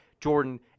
jordan